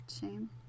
shame